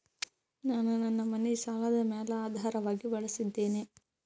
ನಾನು ನನ್ನ ಮನಿ ಸಾಲದ ಮ್ಯಾಲ ಆಧಾರವಾಗಿ ಬಳಸಿದ್ದೇನೆ